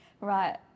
Right